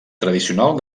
tradicional